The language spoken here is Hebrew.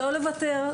לא לוותר.